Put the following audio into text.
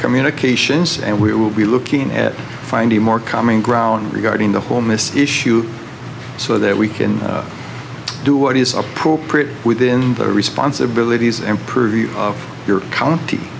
communications and we will be looking at finding more common ground regarding the homeless issue so that we can do what is appropriate within the responsibilities and purview of your